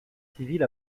civile